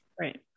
right